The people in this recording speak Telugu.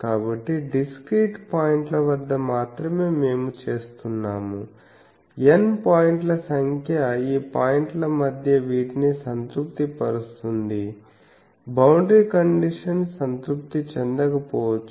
కాబట్టి డిస్క్రీట్ పాయింట్ల వద్ద మాత్రమే మేము చేస్తున్నాము n పాయింట్ల సంఖ్య ఈ పాయింట్ల మధ్య వీటిని సంతృప్తిపరుస్తుంది బౌండరీ కండిషన్స్ సంతృప్తి చెందకపోవచ్చు